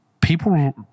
people